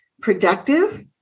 productive